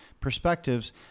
perspectives